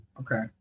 Okay